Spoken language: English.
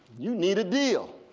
you need a deal.